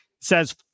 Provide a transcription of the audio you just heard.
says